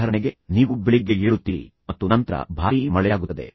ಉದಾಹರಣೆಗೆ ನೀವು ಬೆಳಿಗ್ಗೆ ಏಳುತ್ತೀರಿ ಮತ್ತು ನಂತರ ಭಾರೀ ಮಳೆಯಾಗುತ್ತದೆ